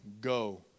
go